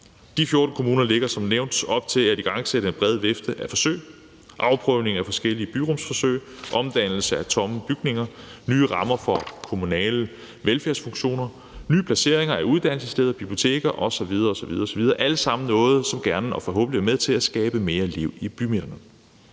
De 14 kommuner lægger som nævnt op til at igangsætte en bred vifte af forsøg, afprøvning af forskellige byrumsforsøg, omdannelse af tomme bygninger, nye rammer for kommunale velfærdsfunktioner, nye placeringer af uddannelsessteder, biblioteker osv. osv. Det er alt sammen noget, som gerne skal være og forhåbentlig er med til at skabe mere liv i bymidterne.